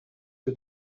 que